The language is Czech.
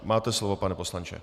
Máte slovo, pane poslanče.